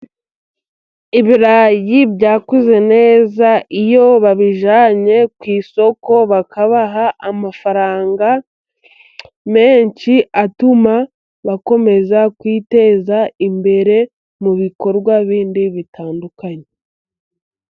Ibirayi byakuze neza, iyo babijyanye ku isoko bakabaha amafaranga menshi, atuma bakomeza kwiteza imbere mu bikorwa bindi bitandukanye.